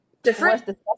Different